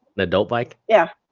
an adult bike? yeah.